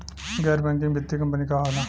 गैर बैकिंग वित्तीय कंपनी का होला?